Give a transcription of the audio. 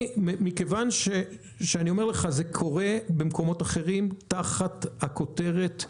זה קורה במקומות אחרים, תחת הכותרת: